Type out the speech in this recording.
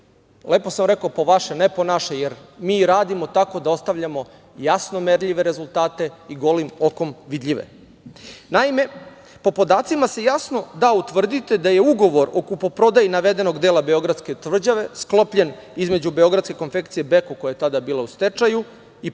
Lepo sam rekao - po vaše, ne po naše, jer mi radimo tako da ostavljamo jasno merljive rezultate i golim okom vidljive. Naime, po podacima se jasno da utvrditi da je ugovor o kupoprodaji navedenog dela beogradske tvrđave sklopljen između Beogradske konfekcije „Beko“ koja je tada bila u stečaju, kao